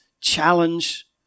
challenge